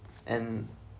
and